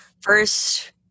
first